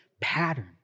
pattern